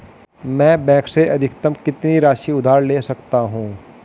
मैं बैंक से अधिकतम कितनी राशि उधार ले सकता हूँ?